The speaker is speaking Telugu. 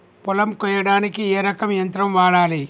పొలం కొయ్యడానికి ఏ రకం యంత్రం వాడాలి?